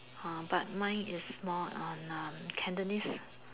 uh but mine is more on uh Cantonese